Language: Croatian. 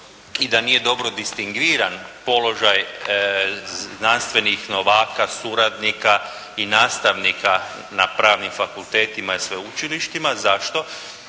i da nije dobro distingviran položaj znanstvenih novaka, suradnika i nastavnika na pravnim fakultetima i sveučilištima. Zašto?